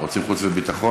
רוצים חוץ וביטחון?